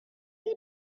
you